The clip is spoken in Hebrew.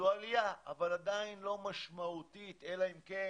זו עלייה אבל עדין לא משמעותית אלא אם כן